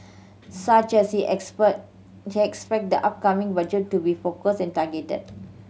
such as he expert he expect the upcoming budget to be focused and targeted